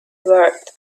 word